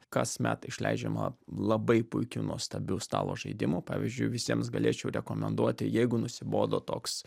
kasmet išleidžiama labai puikių nuostabių stalo žaidimų pavyzdžiui visiems galėčiau rekomenduoti jeigu nusibodo toks